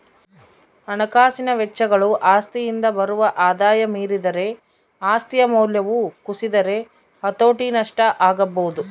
ಹಣಕಾಸಿನ ವೆಚ್ಚಗಳು ಆಸ್ತಿಯಿಂದ ಬರುವ ಆದಾಯ ಮೀರಿದರೆ ಆಸ್ತಿಯ ಮೌಲ್ಯವು ಕುಸಿದರೆ ಹತೋಟಿ ನಷ್ಟ ಆಗಬೊದು